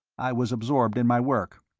i was absorbed in my work.